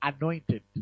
anointed